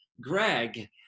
Greg